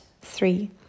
three